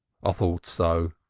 i thought so!